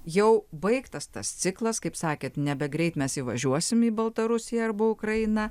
jau baigtas tas ciklas kaip sakėt negreit mes įvažiuosim į baltarusiją arba ukrainą